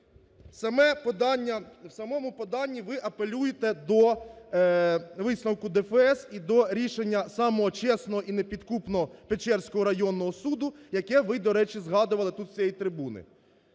в самому поданні ви апелюєте до висновку ДФС і до рішення самого чесного і непідкупного Печерського районного суду, який ви, до речі, згадували тут з цієї трибуни.